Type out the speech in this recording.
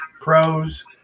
pros